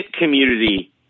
community